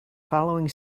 following